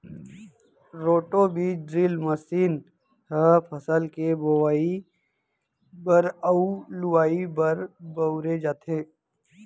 roto बीज drill machine ह फसल के बोवई बर अउ लुवाई बर बउरे जाथे